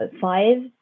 five